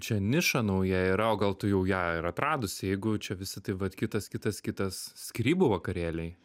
čia niša nauja yra o gal tu jau ją ir atradusi jeigu čia visi tai vat kitas kitas kitas skyrybų vakarėliai